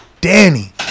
Danny